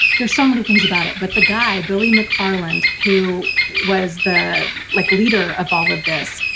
there's so many things about it, but the guy billy mcfarland, who was the like leader of all of this,